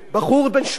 אני לא אומר את שמו,